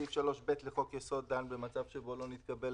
סעיף 3ב לחוק יסוד דן במצב שבו לא נתקבל